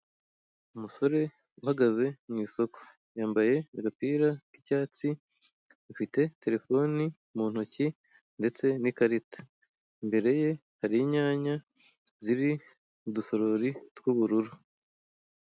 Umusore uhagaze mu isoko yambaye agapira k'icyatsi afite terefoni mu ntoki ndetse n'ikarita, imbere ye hari inyanya ziri mu dusorori tw'ubururu.